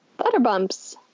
Butterbumps